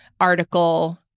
article